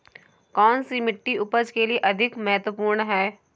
कौन सी मिट्टी उपज के लिए अधिक महत्वपूर्ण है?